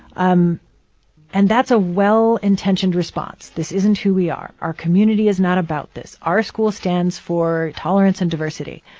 um and that's a well-intentioned response. this isn't who we are. our community is not about this. our school stands for tolerance and diversity.